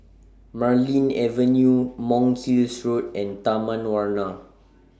Marlene Avenue Monk's Hill Road and Taman Warna